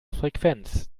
frequenz